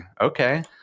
Okay